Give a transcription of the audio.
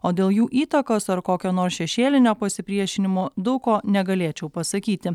o dėl jų įtakos ar kokio nors šešėlinio pasipriešinimo daug ko negalėčiau pasakyti